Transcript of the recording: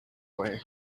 way